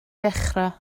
ddechrau